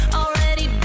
already